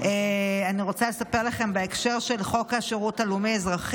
אני רוצה לספר לכם בהקשר של חוק השירות הלאומי-האזרחי,